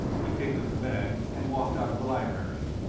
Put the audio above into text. he picked up the bag and walked out of the library.